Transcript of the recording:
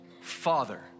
Father